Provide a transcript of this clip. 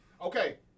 Okay